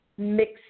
mix